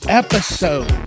episode